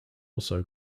also